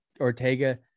Ortega